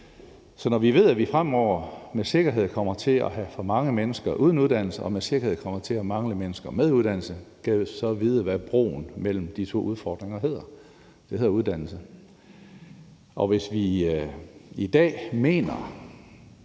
Så når vi ved, at vi fremover med sikkerhed kommer til at have for mange mennesker uden uddannelse og med sikkerhed kommer til at mangle mennesker med uddannelse, gad vide, hvad broen mellem de to udfordringer så hedder? Den hedder uddannelse. Hvis vi i dag mener